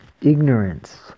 ignorance